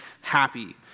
happy